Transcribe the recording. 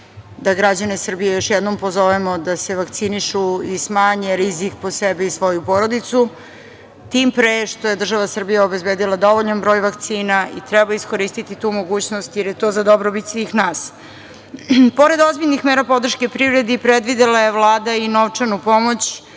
da građane Srbije još jednom pozovemo da se vakcinišu i smanje rizik po sebe i svoju porodicu, tim pre što je država Srbija obezbedila dovoljan broj vakcina i treba iskoristiti tu mogućnost, jer je to za dobrobit svih nas. Pored ozbiljnih mera podrške privredi, predvidela je Vlada i novčanu pomoć